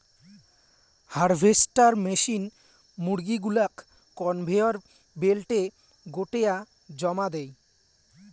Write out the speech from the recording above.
harvester machine মুরগী গুলাক conveyor বেল্টে গোটেয়া জমা দেই